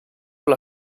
alla